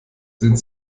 sind